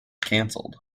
canceled